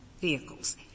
vehicles